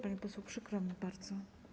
Pani poseł, przykro mi bardzo.